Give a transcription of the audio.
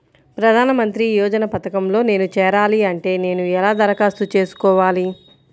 ప్రధాన మంత్రి యోజన పథకంలో నేను చేరాలి అంటే నేను ఎలా దరఖాస్తు చేసుకోవాలి?